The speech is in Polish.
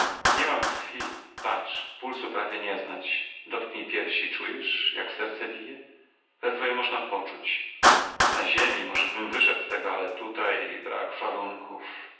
nie mam krwi patrz pulsu prawie nie znać dotknij piersi czujesz jak serce bije ledwo je można poczuć na ziemi możebym wyszedł z tego ale tutaj brak warunków